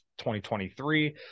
2023